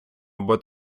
або